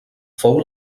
fou